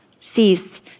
cease